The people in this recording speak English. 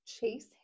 chase